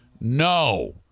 No